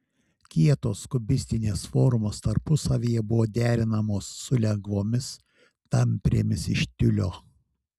kietos kubistinės formos tarpusavyje buvo derinamos su lengvomis tamprėmis iš tiulio